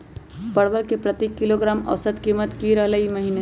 परवल के प्रति किलोग्राम औसत कीमत की रहलई र ई महीने?